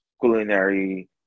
culinary